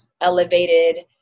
elevated